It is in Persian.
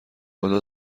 خدا